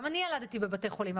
גם אני ילדתי בבתי חולים,